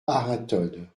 arinthod